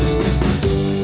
to be